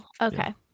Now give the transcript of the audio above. Okay